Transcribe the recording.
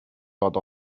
dot